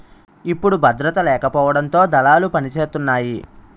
ఇప్పుడు భద్రత లేకపోవడంతో దళాలు పనిసేతున్నాయి